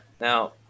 Now